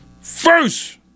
First